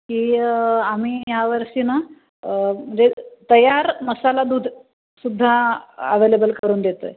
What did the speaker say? की य आम्ही यावर्षी नं म्हणजे तयार मसाला दूधसुद्धा अव्हेलेबल करून देत आहे